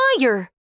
fire